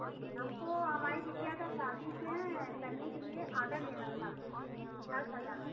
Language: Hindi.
जी हमको हमारी बिटिया की शादी के करने के लिए ऑर्डर देना था आपको घर सजाना